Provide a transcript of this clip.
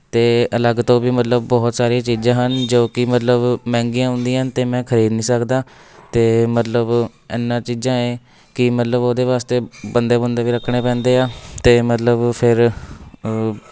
ਅਤੇ ਅਲੱਗ ਤੋਂ ਵੀ ਮਤਲਬ ਬਹੁਤ ਸਾਰੀਆਂ ਚੀਜ਼ਾਂ ਹਨ ਜੋ ਕਿ ਮਤਲਬ ਮਹਿੰਗੀਆਂ ਹੁੰਦੀਆਂ ਅਤੇ ਮੈਂ ਖਰੀਦ ਨਹੀਂ ਸਕਦਾ ਅਤੇ ਮਤਲਬ ਇਹਨਾਂ ਚੀਜ਼ਾਂ ਏ ਕਿ ਮਤਲਬ ਉਹਦੇ ਵਾਸਤੇ ਬੰਦੇ ਬੁੰਦੇ ਵੀ ਰੱਖਣੇ ਪੈਂਦੇ ਆ ਅਤੇ ਮਤਲਬ ਫਿਰ